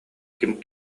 ким